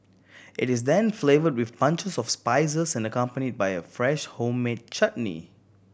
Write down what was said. it is then flavoured with punches of spices and accompanied by a fresh homemade chutney